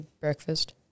breakfast